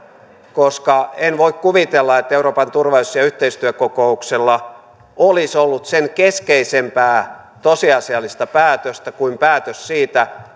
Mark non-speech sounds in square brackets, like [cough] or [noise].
koska en voi kuvitella että euroopan turvallisuus ja yhteistyökokouksella olisi ollut sen keskeisempää tosiasiallista päätöstä kuin päätös siitä [unintelligible]